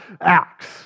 acts